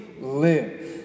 live